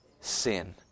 sin